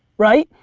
right?